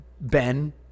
Ben